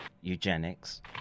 eugenics